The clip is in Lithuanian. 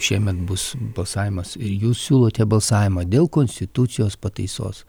šiemet bus balsavimas ir jūs siūlote balsavimą dėl konstitucijos pataisos